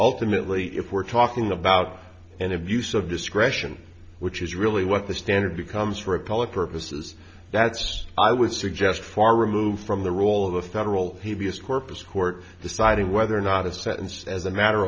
ultimately if we're talking about an abuse of discretion which is really what the standard becomes for a public purposes that's i would suggest far removed from the role of the federal habeas corpus court deciding whether or not a sentenced as a matter